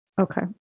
Okay